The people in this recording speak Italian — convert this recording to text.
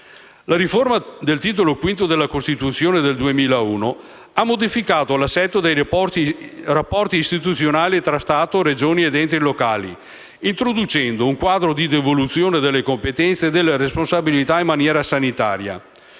La riforma del Titolo V della Costituzione del 2001 ha modificato l'assetto dei rapporti istituzionali tra Stato, Regioni ed enti locali, introducendo un quadro di devoluzione delle competenze e delle responsabilità in materia sanitaria.